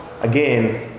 again